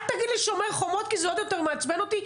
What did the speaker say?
אל תגיד לי "שומר חומות" כי זה עוד יותר מעצבן אותי,